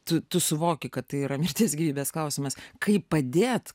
tu tu suvoki kad tai yra mirties gyvybės klausimas kaip padėt